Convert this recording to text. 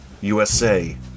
USA